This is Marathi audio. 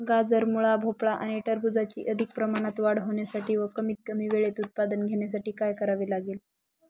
गाजर, मुळा, भोपळा आणि टरबूजाची अधिक प्रमाणात वाढ होण्यासाठी व कमीत कमी वेळेत उत्पादन घेण्यासाठी काय करावे लागेल?